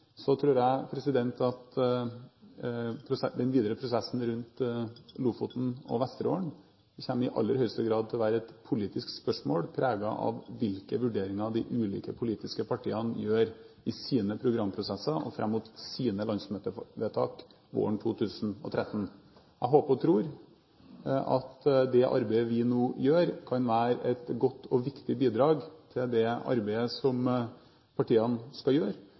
Så tror jeg at den videre prosessen rundt Lofoten og Vesterålen i aller høyeste grad kommer til å være et politisk spørsmål preget av hvilke vurderinger de ulike politiske partiene gjør i sine programprosesser og fram mot sine landsmøtevedtak våren 2013. Jeg håper og tror at det arbeidet vi nå gjør, kan være et godt og viktig bidrag til det arbeidet som partiene skal gjøre,